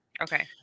Okay